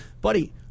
Buddy